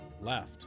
left